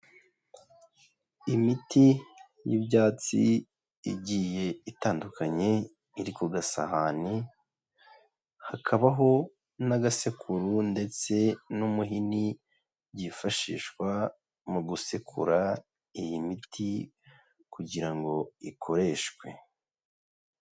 Imiti y'ibyatsi igiye itandukanye iri ku gasahane, hakabaho n'agasekuru ndetse n'umuhini byifashishwa mu gusekura iyi miti kugira ngo ikoreshwe.